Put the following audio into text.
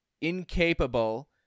incapable